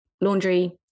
laundry